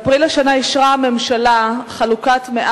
באפריל השנה אישרה הממשלה חלוקת 100